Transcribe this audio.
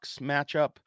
matchup